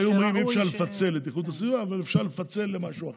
אז היו אומרים: אי-אפשר לפצל את איכות הסביבה אבל אפשר לפצל למשהו אחר,